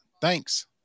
Thanks